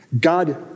God